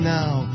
now